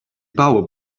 power